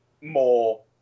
more